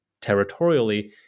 territorially